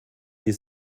die